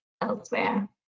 elsewhere